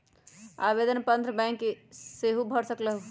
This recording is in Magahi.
आवेदन पत्र बैंक सेहु भर सकलु ह?